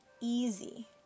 easy